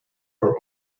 her